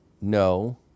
No